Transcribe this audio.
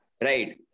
Right